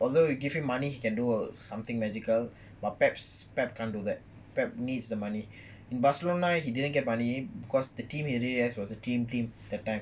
although you give him money he can do err something magical but pep pep come to that pep needs the money in barcelona he didn't get money because the team he lead as was the dream team that time